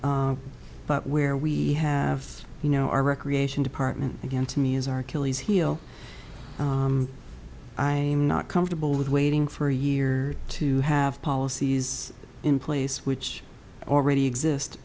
but where we have you know our recreation department again to me is our killie's heel i'm not comfortable with waiting for a year to have policies in place which already exist